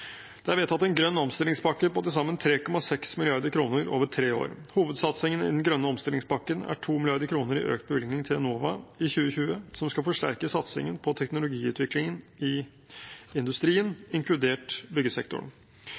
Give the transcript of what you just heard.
Det er vedtatt en grønn omstillingspakke på til sammen 3,6 mrd. kr over tre år. Hovedsatsingen i den grønne omstillingspakken er 2 mrd. kr i økt bevilgning til Enova i 2020, som skal forsterke satsingen på teknologiutviklingen i industrien, inkludert byggesektoren.